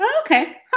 Okay